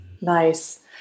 nice